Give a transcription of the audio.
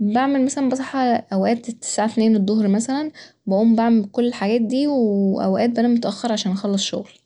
بعمل مثلا بصحى أوقات الساعة اتنين الضهر مثلا ، بقوم بعمل كل الحاجات دي وأوقات بنام متأخرة عشان أخلص شغل